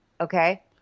okay